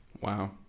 Wow